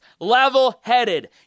level-headed